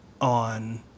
on